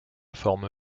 forme